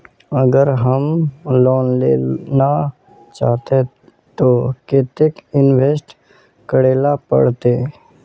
अगर हम लोन लेना चाहते तो केते इंवेस्ट करेला पड़ते?